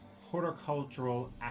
Horticultural